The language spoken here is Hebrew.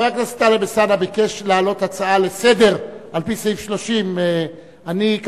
חבר הכנסת טלב אלסאנע ביקש להעלות הצעה לסדר על-פי סעיף 30. אני,